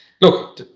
look